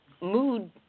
mood